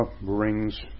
brings